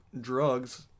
drugs